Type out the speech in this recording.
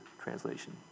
translation